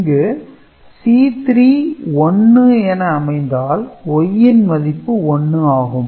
இங்கு C3 1 என அமைந்தால் Y ன் மதிப்பு 1 ஆகும்